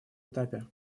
этапе